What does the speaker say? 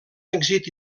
èxit